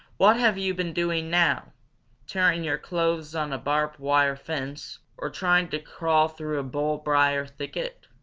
what have you been doing now tearing your clothes on a barbed-wire fence or trying to crawl through a bull-briar thicket?